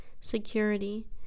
security